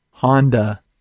Honda